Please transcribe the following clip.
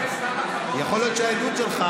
יכול להיות שהעדות שלך,